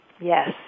Yes